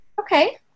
Okay